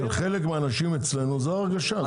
אצל חלק האנשים אצלנו, זאת ההרגשה.